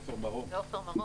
בבקשה.